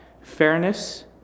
fairness